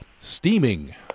Steaming